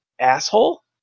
asshole